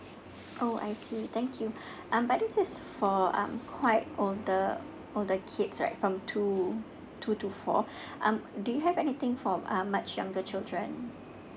oh I see thank you um but this is for um quite older older kids right from two two to four um do you have anything for um much younger children